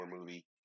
movie